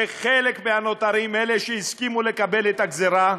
וחלק מהנותרות, אלה שהסכימו לקבל את הגזירה,